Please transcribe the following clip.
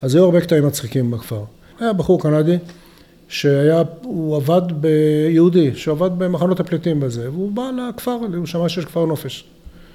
אז היו הרבה קטעים מצחיקים בכפר. היה בחור קנדי שהיה, הוא עבד יהודי, שעבד במכונות הפליטים בזה והוא בא לכפר, הוא שמע שיש כפר נופש